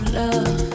love